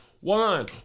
one